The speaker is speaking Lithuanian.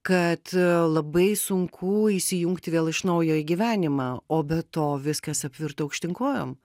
kad labai sunku įsijungti vėl iš naujo į gyvenimą o be to viskas apvirto aukštyn kojom